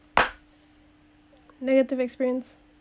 negative experience